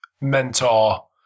mentor